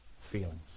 feelings